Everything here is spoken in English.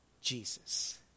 Jesus